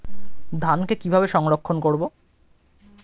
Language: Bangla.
ধানকে কিভাবে সংরক্ষণ করব?